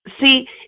See